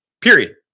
Period